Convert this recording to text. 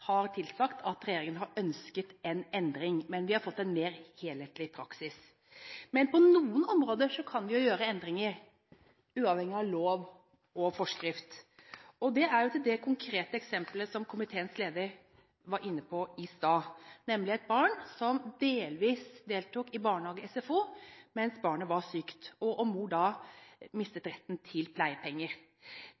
som tilsier at regjeringen har ønsket en endring, men vi har fått en mer helhetlig praksis. På noen områder kan vi gjøre endringer uavhengig av lov og forskrift. Når det gjelder det konkrete eksempelet som komiteens leder var inne på i stad – nemlig et barn som delvis deltok i barnehage og SFO mens det var sykt, og hvor moren mistet retten til pleiepenger – har jeg tatt kontakt med arbeids- og